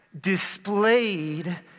displayed